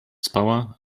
spała